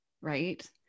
right